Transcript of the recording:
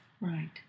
Right